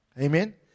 amen